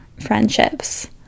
friendships